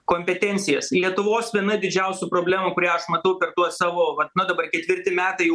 kompetencijas lietuvos viena didžiausių problemų kurią aš matau per tuos savo vat na dabar ketvirti metai jau